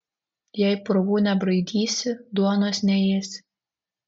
jei purvų nebraidysi duonos neėsi